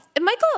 Michael